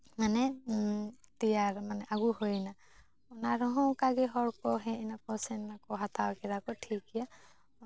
ᱢᱟᱱᱮ ᱛᱮᱭᱟᱨ ᱟᱹᱜᱩ ᱦᱩᱭᱱᱟ ᱚᱱᱟ ᱨᱮᱦᱚᱸ ᱚᱱᱠᱟᱜᱮ ᱦᱚᱲᱠᱚ ᱦᱮᱡ ᱮᱱᱟᱠᱚ ᱥᱮᱱ ᱮᱱᱟᱠᱚ ᱦᱟᱛᱟᱣ ᱠᱮᱫᱟ ᱠᱚ ᱴᱷᱤᱠ ᱜᱮᱭᱟ